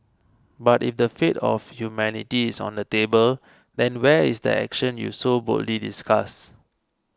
but if the fate of humanity is on the table then where is the action you so boldly discuss